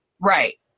Right